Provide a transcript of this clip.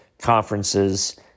Conferences